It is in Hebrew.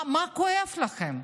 מה כואב לכם?